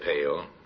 pale